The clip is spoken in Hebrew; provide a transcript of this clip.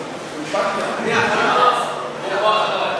חבר הכנסת נחמן שי, בבקשה.